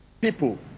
people